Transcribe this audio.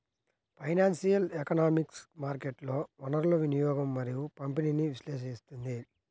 financial economics మార్కెట్లలో వనరుల వినియోగం మరియు పంపిణీని విశ్లేషిస్తుంది